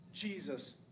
Jesus